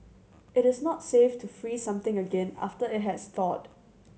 it is not safe to freeze something again after it has thawed